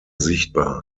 sichtbar